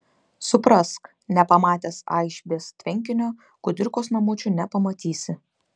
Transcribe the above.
suprask nepamatęs aišbės tvenkinio kudirkos namučių nepamatysi